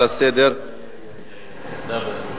ההצעות לסדר-היום,